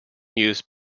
use